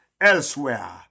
elsewhere